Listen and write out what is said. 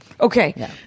Okay